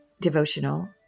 devotional